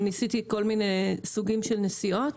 ניסיתי כל מיני סוגים של נסיעות.